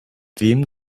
wem